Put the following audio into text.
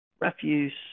refuse